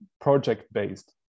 project-based